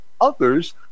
Others